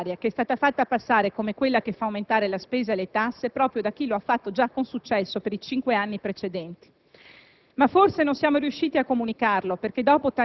vista la veemente reazione dell'opinione pubblica a una finanziaria che è stata fatta passare come quella che aumenta la spesa e le tasse proprio da chi lo ha fatto già con successo per i cinque anni precedenti.